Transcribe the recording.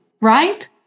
right